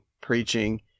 preaching